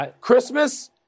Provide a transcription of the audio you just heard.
Christmas